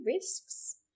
risks